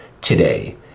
today